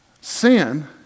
Sin